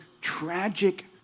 tragic